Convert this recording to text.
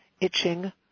itching